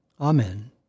Amen